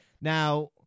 Now